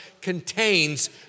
contains